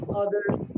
others